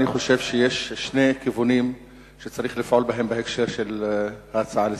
אני חושב שיש שני כיוונים שצריך לפעול בהם בהקשר של ההצעה לסדר-היום.